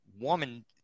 woman